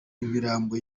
imirambo